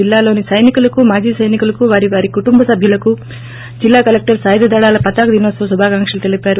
జిల్లాలోని సైనికులకు మాజీ సైనికులకు వారి వారి కుటుంబ సభ్యులకు జిల్లా కలెక్లర్ సాయుధ దళాల పతాక దినోత్సవ శుభాకాంక్షలు తెలిపారు